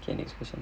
okay next question